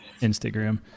Instagram